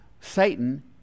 Satan